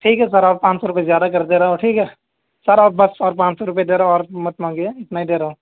ٹھیک سر اور پانچ سو روپیے زیادہ کر دے رہا ہوں ٹھیک ہے سر اور بس اور پانچ سو روپیے دے رہا ہوں اور مت مانگیے اتنا ہی دے رہا ہوں